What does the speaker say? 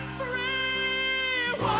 free